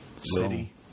city